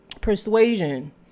persuasion